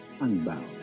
unbound